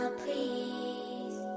please